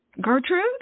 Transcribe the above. Gertrude